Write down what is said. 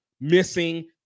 missing